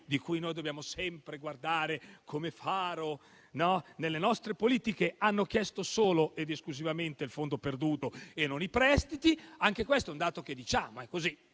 cui noi dobbiamo sempre guardare come faro nelle nostre politiche, hanno chiesto solo ed esclusivamente il fondo perduto e non i prestiti. Anche questo è un dato che ricordiamo: noi,